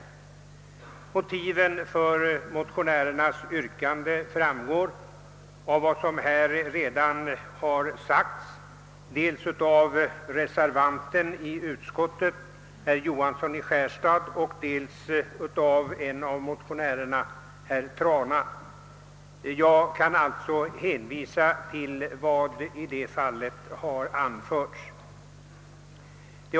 Motiven för motionärernas yrkande framgår av vad som här redan har sagts, dels av reservanten i utskottet, herr Johansson i Skärstad, dels av en av motionärerna, herr Trana, Jag kan allt så hänvisa till vad som har anförts av dem.